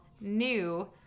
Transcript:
New